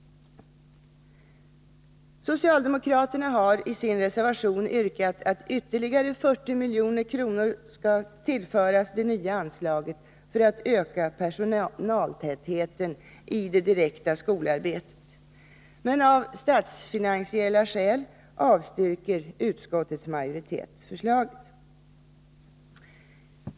Socialdemokraterna har i sin reservation yrkat att ytterligare 40 milj.kr. skall tillföras det nya anslaget, för att öka personaltätheten i det direkta skolarbetet. Men av statsfinansiella skäl avstyrker utskottets majoritet förslaget.